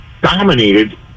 dominated